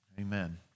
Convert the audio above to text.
Amen